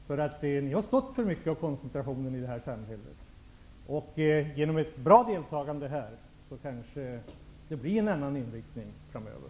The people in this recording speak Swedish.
Socialdemokraterna har stått för mycket av koncentrationen i detta samhälle. Genom ett bra deltagande här kan det kanske bli en annan inriktning framöver.